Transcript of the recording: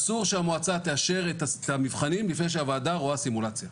אסור שהמועצה תאשר את המבחנים לפני שהוועדה רואה סימולציה.